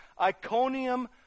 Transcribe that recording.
Iconium